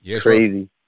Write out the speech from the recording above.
crazy